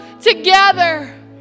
together